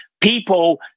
People